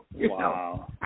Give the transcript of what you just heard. Wow